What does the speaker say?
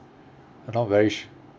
not very s~